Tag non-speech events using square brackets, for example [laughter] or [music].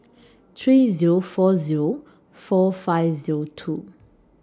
[noise] three Zero four Zero four five Zero two